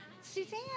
Suzanne